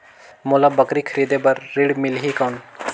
मोला बकरी खरीदे बार ऋण मिलही कौन?